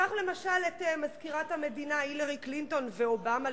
קח למשל את מזכירת המדינה הילרי קלינטון ואובמה.